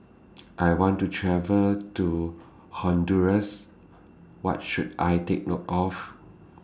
I want to travel to Honduras What should I Take note of